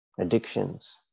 Addictions